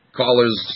callers